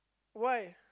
why